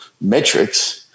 metrics